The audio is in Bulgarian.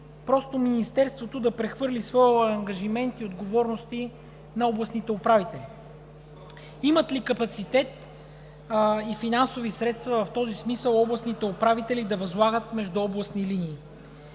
просто Министерството да прехвърли своя ангажимент и отговорности на областните управители. Имат ли капацитет и финансови средства в този смисъл областните управители да възлагат междуобластни линии?